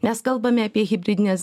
nes kalbame apie hibridines